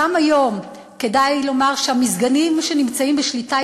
גם היום כדאי לומר שהמסגדים שנמצאים בשליטה